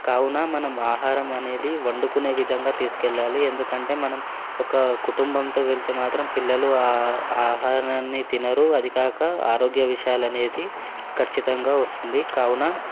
కావున మనం ఆహారం అనేది వండుకునే విధంగా తీసుకెళ్ళాలి ఎందుకంటే మనం ఒక కుటుంబంతో వెళ్తే మాత్రం పిల్లలు ఆ ఆహారాన్ని తినరు అదికాక ఆరోగ్య విషయాలనేది ఖచ్చితంగా వస్తుంది కావున